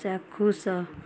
ଚାକ୍ଷୁଷ